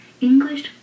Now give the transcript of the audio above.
English